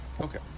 Okay